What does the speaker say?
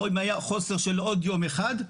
אם היה חוסר של עוד יום אחד,